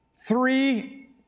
three